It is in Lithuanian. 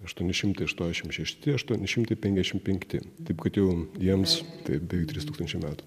aštuoni šimtai aštuoniasdešimt šešti aštuoni šimtai penkiasdešimt penkti taip kad jau jiems taip beveik trys tūkstančiai metų